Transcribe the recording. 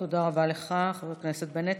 תודה רבה לך, חבר הכנסת בנט.